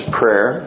prayer